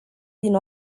din